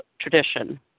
tradition